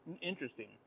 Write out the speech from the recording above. interesting